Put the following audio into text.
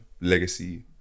legacy